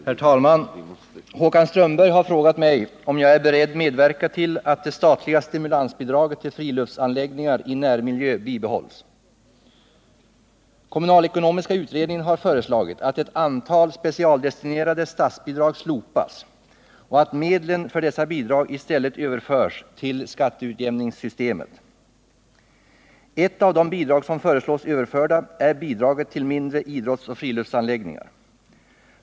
Herr talman! Håkan Strömberg har frågat mig om jag är beredd medverka till att det statliga stimulansbidraget till friluftsanläggningar i närmiljö bibehålls. Kommunalekonomiska utredningen har föreslagit att ett antal specialdestinerade statsbidrag slopas och att medlen för dessa bidrag i stället överförs till skatteutjämningssystemet. Ett av de bidrag som föreslås överförda är bidraget till mindre idrottsoch friluftsanläggningar.